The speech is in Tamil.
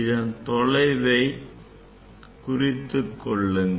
இதன் தொலைவைக் குறித்து கொள்ளுங்கள்